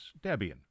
Debian